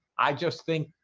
i just think